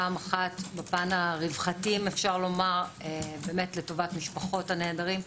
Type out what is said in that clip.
פעם אחת בפן הרווחתי לטובת משפחות הנעדרים.